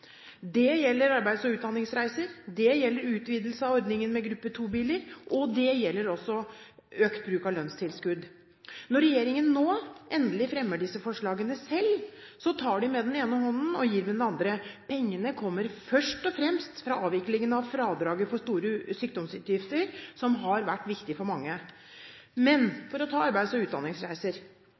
Det gjelder arbeids- og utdanningsreiser, det gjelder utvidelse av ordningen med gruppe 2-biler, og det gjelder også økt bruk av lønnstilskudd. Når regjeringen nå endelig fremmer disse forslagene selv, tar de med den ene hånden og gir med den andre. Pengene kommer først og fremst fra avviklingen av fradraget for store sykdomsutgifter, som har vært viktig for mange. Men for å ta arbeids- og utdanningsreiser: